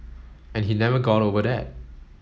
and he never got over that